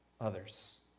others